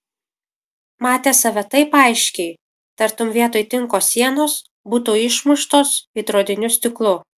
matė save taip aiškiai tartum vietoj tinko sienos būtų išmuštos veidrodiniu stiklu